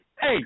Hey